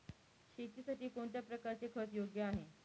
शेतीसाठी कोणत्या प्रकारचे खत योग्य आहे?